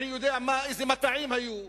אני יודע אילו מטעים היו,